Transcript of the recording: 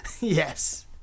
Yes